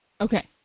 Okay